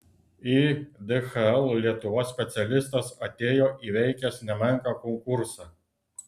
į dhl lietuva specialistas atėjo įveikęs nemenką konkursą